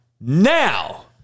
now